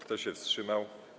Kto się wstrzymał?